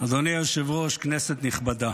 אבי מעוז (נעם): אדוני היושב-ראש, כנסת נכבדה,